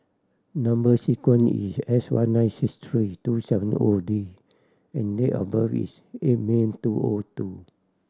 number sequence is S one nine six three two seven O D and date of birth is eight May two O O two